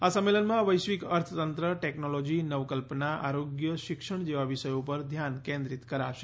આ સંમેલનમાં વૈશ્વિક અર્થંતંત્ર ટેકનોલોજી નવકલ્પના આરોગ્ય શિક્ષણ જેવા વિષયો ઉપર ધ્યાન કેન્દ્રીત કરાશે